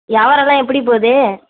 யாபாரெல்லாம் எப்படி போகுது